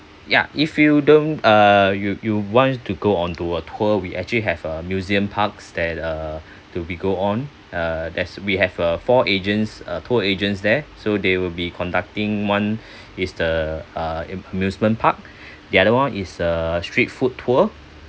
ya if you don't uh you you wanted to go onto a tour we actually have a museum parks that uh to be go on uh there's we have a four agents uh tour agents there so they will be conducting one is the uh an amusement park the other one is uh street food tour